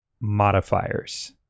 modifiers